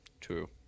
True